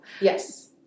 Yes